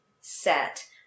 set